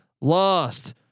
lost